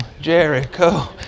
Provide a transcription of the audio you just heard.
Jericho